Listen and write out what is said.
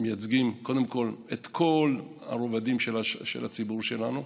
מייצגים קודם כול את כל הרבדים של הציבור שלנו,